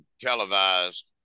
televised